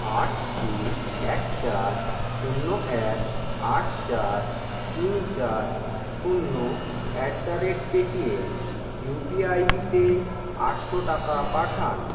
আট তিন এক চার শূন্য এক আট চার তিন চার শূন্য at the rate Paytm UPI আইডিতে আটশো টাকা পাঠান